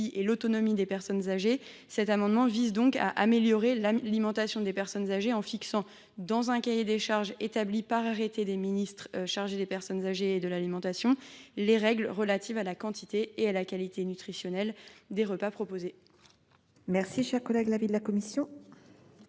Mme Mathilde Ollivier. Cet amendement vise à améliorer l’alimentation des personnes âgées, en fixant dans un cahier des charges, établi par un arrêté des ministres chargés des personnes âgées et de l’alimentation, les règles relatives à la quantité et à la qualité nutritionnelle des repas proposés. Quel est l’avis de la commission